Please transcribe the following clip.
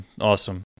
awesome